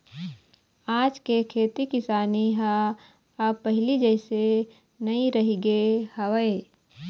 आज के खेती किसानी ह अब पहिली जइसे नइ रहिगे हवय